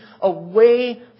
away